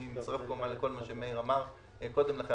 אני מצטרף לכל מה שאמר מאיר קודם לכן,